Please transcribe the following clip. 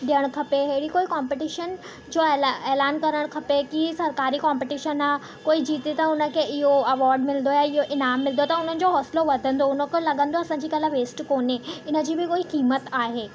ॾियणु खपे अहिड़ी कोई कॉम्पिटीशन जो ऐलान ऐलान करणु खपे की ई सरकारी कॉम्पिटीशन आहे कोई जीते त हुनखे इहो अवॉड मिलंदो आहे इहो इनामु मिलंदो त उन्हनि जो हौसलो वधंदो हुनखे लॻंदो आहे असांजी कला वेस्ट कोने हिनजी बि कोई क़ीमत आहे